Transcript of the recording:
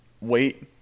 Wait